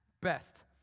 best